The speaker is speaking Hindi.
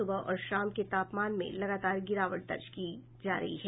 सुबह और शाम के तापमान में लगातार गिरावट दर्ज की जा रही है